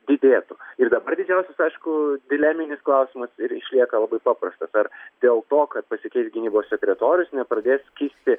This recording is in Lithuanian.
didėtų ir dabar didžiausias aišku dileminis klausimas ir išlieka labai paprastas ar dėl to kad pasikeis gynybos sekretorius nepradės kisti